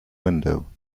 window